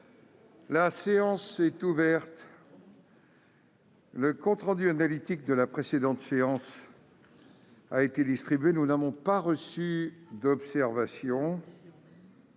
La séance est ouverte. Le compte rendu analytique de la précédente séance a été distribué. Il n'y a pas d'observation